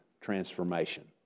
transformation